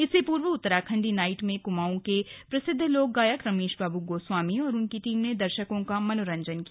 इससे पूर्व उत्तराखण्डी नाइट में कुमाऊं के प्रसिद्ध लोक गायक रमेश बाबू गोस्वामी और उनकी टीम ने दर्शकों का मनोरंजन किया